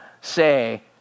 say